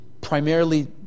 primarily